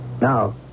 Now